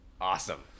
Awesome